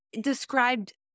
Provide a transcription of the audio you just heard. described